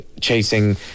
chasing